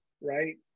right